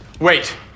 Wait